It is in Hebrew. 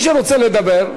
מי שרוצה לדבר,